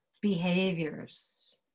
behaviors